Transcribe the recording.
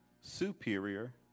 superior